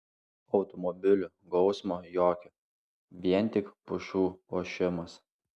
automobilių gausmo jokio vien tik pušų ošimas